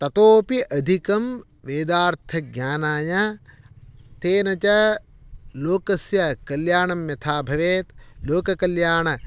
ततोपि अधिकं वेदार्थज्ञानाय तेन च लोकस्य कल्याणं यथा भवेत् लोककल्याण